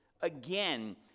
again